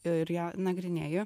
ir ją nagrinėji